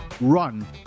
run